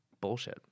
bullshit